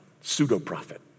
pseudo-prophet